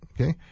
okay